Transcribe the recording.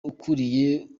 ukuriye